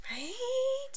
Right